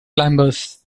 climbers